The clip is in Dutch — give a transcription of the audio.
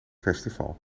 festival